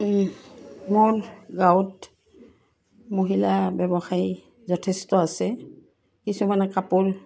মোৰ গাঁৱত মহিলা ব্যৱসায়ী যথেষ্ট আছে কিছুমানে কাপোৰ